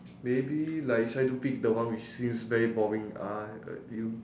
maybe like try to pick the one which feels very boring ah you